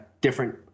different